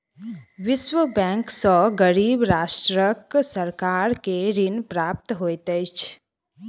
विश्व बैंक सॅ गरीब राष्ट्रक सरकार के ऋण प्राप्त होइत अछि